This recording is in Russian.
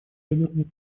ядерной